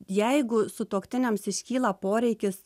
jeigu sutuoktiniams iškyla poreikis